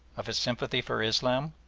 of his sympathy for islam,